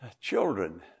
children